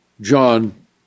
John